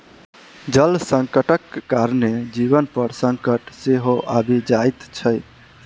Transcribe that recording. जल संकटक कारणेँ जीवन पर संकट सेहो आबि जाइत छै